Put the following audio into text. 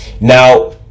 now